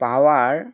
power